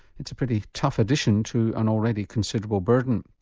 it's a pretty tough addition to an already considerable burden.